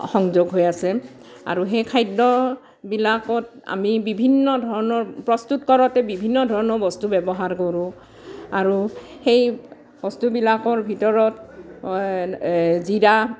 সংযোগ হৈ আছে আৰু সেই খাদ্যবিলাক আমি বিভিন্ন ধৰণৰ প্ৰস্তুত কৰোতে বিভিন্ন ধৰণৰ বস্তু ব্যৱহাৰ কৰোঁ আৰু সেই বস্তুবিলাকৰ ভিতৰত জীৰা